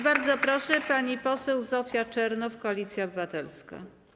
Bardzo proszę, pani poseł Zofia Czernow, Koalicja Obywatelska.